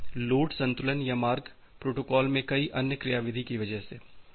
इस लोड संतुलन या मार्ग प्रोटोकॉल में कई अन्य क्रियाविधि की वजह से